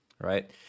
Right